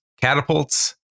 Catapults